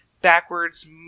backwards